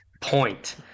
point